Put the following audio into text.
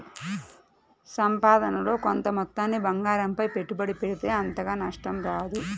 సంపాదనలో కొంత మొత్తాన్ని బంగారంపై పెట్టుబడి పెడితే అంతగా నష్టం రాదు